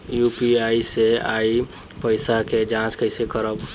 UPI से आइल पईसा के जाँच कइसे करब?